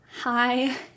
hi